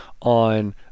on